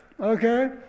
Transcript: okay